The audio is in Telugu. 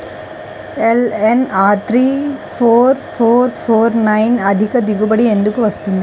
LNR three four four four nine అధిక దిగుబడి ఎందుకు వస్తుంది?